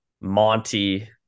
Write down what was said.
Monty